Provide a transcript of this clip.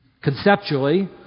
Conceptually